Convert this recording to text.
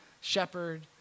shepherd